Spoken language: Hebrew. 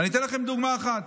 אני אתן לכם דוגמה אחת.